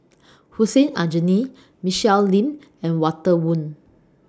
Hussein Aljunied Michelle Lim and Walter Woon